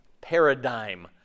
paradigm